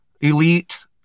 elite